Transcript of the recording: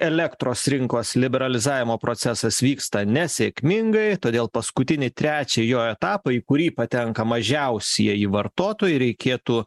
elektros rinkos liberalizavimo procesas vyksta nesėkmingai todėl paskutinį trečiojo etapo į kurį patenka mažiausieji vartotojai reikėtų